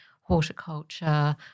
horticulture